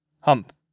Hump